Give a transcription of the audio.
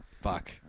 Fuck